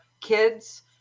kids